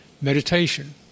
meditation